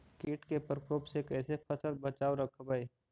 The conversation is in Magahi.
कीट के परकोप से कैसे फसल बचाब रखबय?